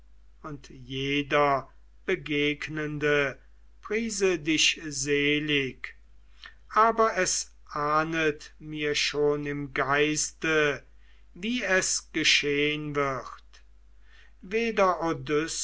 und jeder begegnende priese dich selig aber es ahndet mir schon im geiste wie es geschehn wird